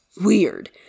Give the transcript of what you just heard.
weird